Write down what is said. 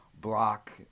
block